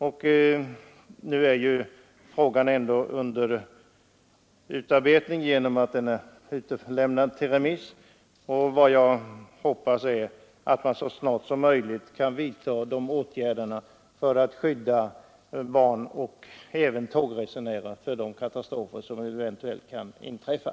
Men nu är alltså frågan under arbete genom att den är utsänd på remiss, och jag hoppas nu bara att man så snart som möjligt kan vidta åtgärder för att skydda barn och även tågresenärer för de katastrofer som eljest kan inträffa.